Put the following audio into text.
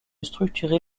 structurer